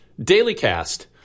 dailycast